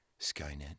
Skynet